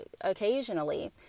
occasionally